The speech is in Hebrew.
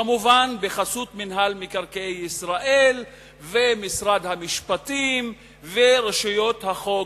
כמובן בחסות מינהל מקרקעי ישראל ומשרד המשפטים ורשויות החוק.